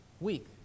week